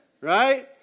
Right